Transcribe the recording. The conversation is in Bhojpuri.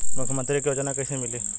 मुख्यमंत्री के योजना कइसे मिली?